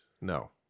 No